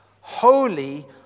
holy